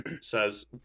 says